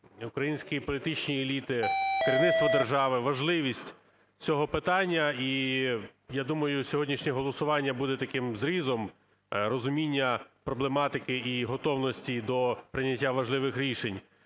українські політичні еліти, керівництво держави важливість цього питання? І, я думаю, сьогоднішнє голосування буде таким зрізом розуміння проблематики і готовності до прийняття важливих рішень.